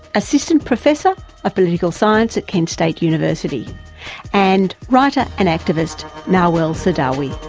assistant professor of political science at kent state university and writer and activist nawal saadawi.